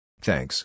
Thanks